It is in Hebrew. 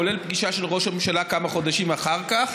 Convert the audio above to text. כולל פגישה של ראש הממשלה כמה חודשים אחר כך.